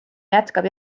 jätkab